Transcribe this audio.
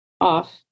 off